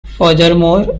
furthermore